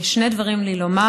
שני דברים לי לומר.